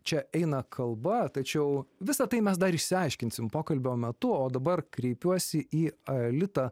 čia eina kalba tačiau visa tai mes dar išsiaiškinsim pokalbio metu o dabar kreipiuosi į aelitą